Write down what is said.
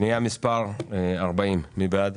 פנייה מספר 40. מי בעד?